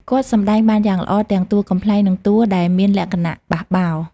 គាត់សម្ដែងបានយ៉ាងល្អទាំងតួកំប្លែងនិងតួដែលមានលក្ខណៈបះបោរ។